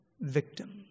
victim